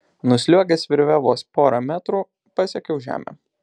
nusliuogęs virve vos porą metrų pasiekiau žemę